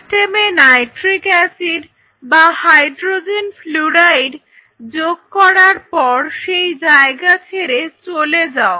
সিস্টেমে nitric acid বা hydrogen fluoride যোগ করার পর সেই জায়গা ছেড়ে চলে যাও